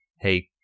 hey